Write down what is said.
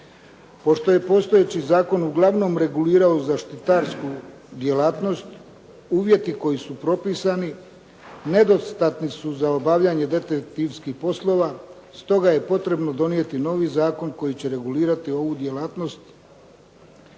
Pošto je postojeći zakon uglavnom regulirao zaštitarsku djelatnost, uvjeti koji su propisani nedostatni su za obavljanje detektivskih poslova stoga je potrebno donijeti novi zakon koji će regulirati ovu djelatnost.